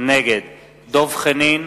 נגד דב חנין,